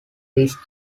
these